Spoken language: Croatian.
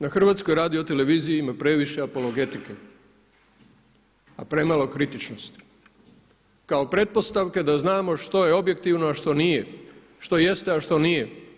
Na HRT-u ima previše apologetike, a premalo kritičnosti kao pretpostavke da znamo što je objektivno, a što nije, što jeste, a što nije.